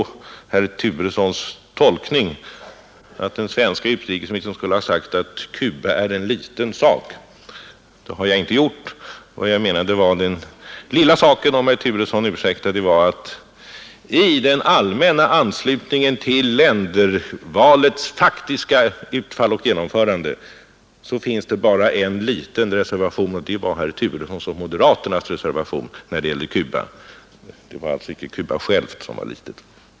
Enligt herr Turesson skulle den svenske utrikesministern ha sagt att Cuba är en liten sak. Det har jag inte gjort. Den lilla saken är, om herr Turesson ursäktar, att i den allmänna anslutningen till ländervalets faktiska utfall och genomförande finns det bara en liten reservation, nämligen moderaten herr Turessons reservation när det gäller Cuba. Det var alltså icke Cuba självt som var litet.